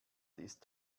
ist